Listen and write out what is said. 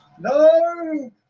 No